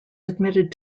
admitted